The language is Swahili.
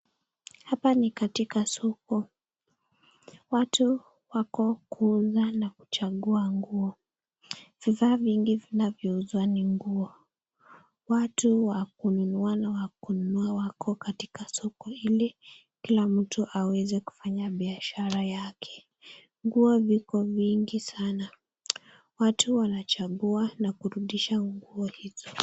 Hapa ni katika soko. Watu wako kuuza na kuchagua nguo. Vifaa vingi vinavyouzwa ni nguo. Watu wa kununua na wa kununua wako katika soko ili kila mtu aweze kufanya biashara yake. Nguo viko vingi sana. Watu wanachagua na kurudisha nguo hizo.